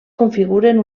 configuren